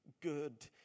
good